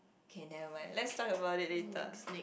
okay never mind let's talk about it later